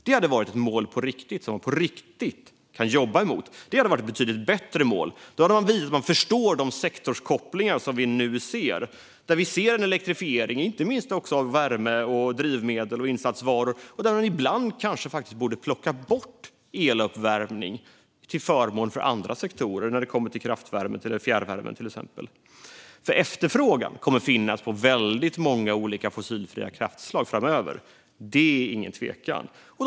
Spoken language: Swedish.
Det hade varit ett mål som vi på riktigt kunde jobba mot. Det hade varit ett betydligt bättre mål. Då hade man visat att man förstår de sektorskopplingar som vi nu ser. Vi ser en elektrifiering inte minst av värme, drivmedel och insatsvaror, men ibland kanske man borde plocka bort eluppvärmning till förmån för andra sektorer, kraftvärmen eller fjärrvärmen till exempel. Efterfrågan kommer att finnas på många olika fossilfria kraftslag framöver. Det är ingen tvekan om det.